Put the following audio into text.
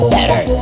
Better